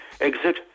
exit